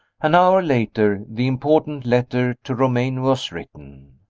an hour later, the important letter to romayne was written.